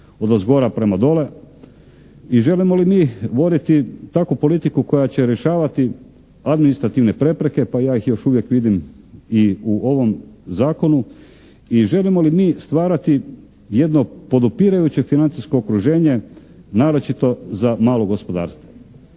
odozgora prema dole? I želimo li mi voditi takvu politiku koja će rješavati administrativne prepreke, pa ja ih još uvijek vidim i u ovom Zakonu. I želimo li mi stvarati jedno podupirajuće financijsko okruženje naročito za malo gospodarstvo?